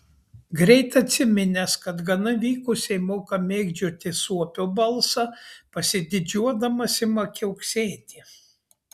greit atsiminęs kad gana vykusiai moka mėgdžioti suopio balsą pasididžiuodamas ima kiauksėti